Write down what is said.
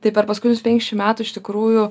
tai per paskutinius penkiasdešim metų iš tikrųjų